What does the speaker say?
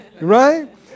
Right